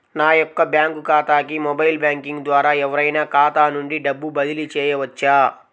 నా యొక్క బ్యాంక్ ఖాతాకి మొబైల్ బ్యాంకింగ్ ద్వారా ఎవరైనా ఖాతా నుండి డబ్బు బదిలీ చేయవచ్చా?